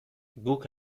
guk